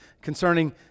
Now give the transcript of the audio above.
concerning